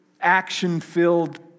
action-filled